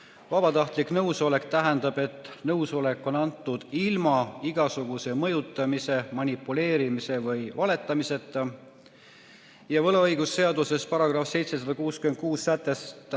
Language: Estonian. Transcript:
Vabatahtlik nõusolek tähendab, et nõusolek on antud ilma igasuguse mõjutamise, manipuleerimise või valetamiseta, võlaõigusseaduse §-s 766